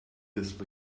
this